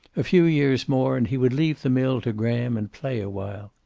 a few years more, and he would leave the mill to graham and play awhile.